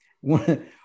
one